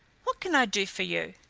what can i do for you?